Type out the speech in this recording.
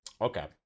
Okay